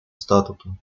статуту